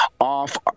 off